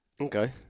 Okay